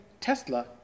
Tesla